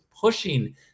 pushing